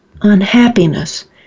unhappiness